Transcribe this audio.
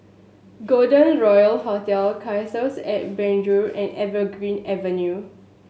Golden Royal Hotel Cassia at Penjuru and Evergreen Avenue